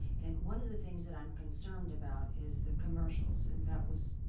and one of the things that i'm concerned about is the commercials, and that was,